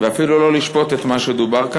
ואפילו לא בשביל לשפוט את מה שדובר כאן.